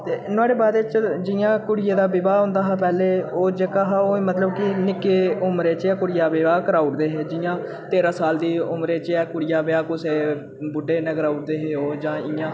ते नुहाड़े बाद च जि'यां कुड़ियै दा विवाह होन्दा हा पैह्ले ते ओह् जेह्का हा ओह् मतलब की निक्की उमरै च गै कुड़ियै दा ब्याह् कराउदे हे जि'यां तेरां साल दी उमरै च गै कुड़िया ब्याह् कुसै बुड्ढे नै कराउदे हे जां